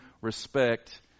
respect